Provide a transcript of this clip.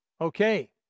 Okay